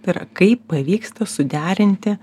tai yra kaip pavyksta suderinti